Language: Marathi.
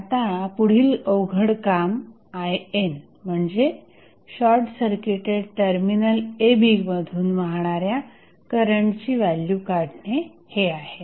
आता पुढील अवघड काम IN म्हणजे शॉर्टसर्किटेड टर्मिनल a b मधुन वाहणाऱ्या करंटची व्हॅल्यू काढणे हे आहे